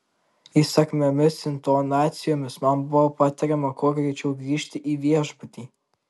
įsakmiomis intonacijomis man buvo patariama kuo greičiau grįžti į viešbutį